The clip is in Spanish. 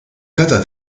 cada